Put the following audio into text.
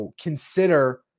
consider